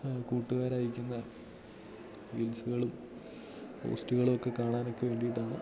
കൂട്ടുക്കാർ അയയ്ക്കുന്ന റീൽസുകളും പോസ്റ്റുകളുമൊക്കെ കാണാനൊക്കെ വേണ്ടിയിട്ടാണ്